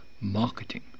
marketing